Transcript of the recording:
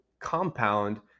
compound